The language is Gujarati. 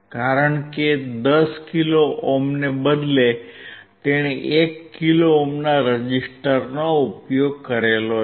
કારણ કે 10 કિલો ઓહ્મને બદલે તેણે એક કિલો ઓહ્મના રેઝિસ્ટરનો ઉપયોગ કર્યો છે